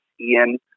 Ian